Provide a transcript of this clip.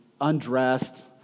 undressed